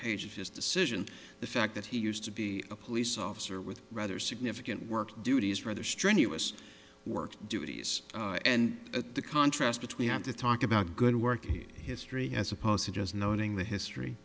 of his decision the fact that he used to be a police officer with rather significant work duties rather strenuous work duties and at the contrast between have to talk about good work in history as opposed to just knowing the